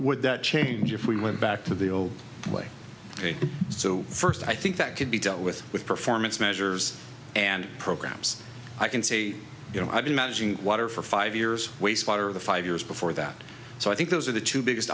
that change if we went back to the old way so first i think that could be dealt with with performance measures and programs i can say you know i've been managing water for five years wastewater the five years before that so i think those are the two biggest